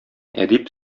әдип